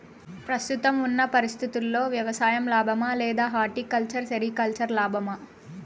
ప్రస్తుతం ఉన్న పరిస్థితుల్లో వ్యవసాయం లాభమా? లేదా హార్టికల్చర్, సెరికల్చర్ లాభమా?